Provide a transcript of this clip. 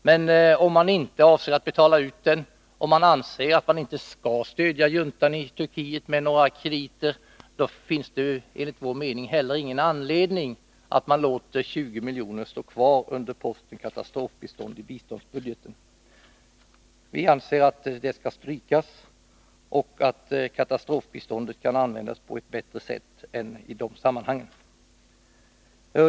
Men om man inte avser att betala ut den utan anser att man inte skall stödja juntan i Turkiet med några krediter, finns det enligt vår mening inte heller någon anledning att låta 20 milj.kr. stå kvar under posten Katastrofbistånd i biståndsbudgeten. Vi anser att den skall strykas och att katastrofbiståndet kan användas på ett bättre sätt än i de sammanhangen.